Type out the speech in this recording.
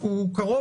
הוא קרוב,